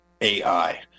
AI